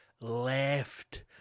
left